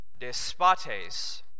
despotes